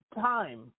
time